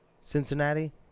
Cincinnati